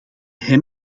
hem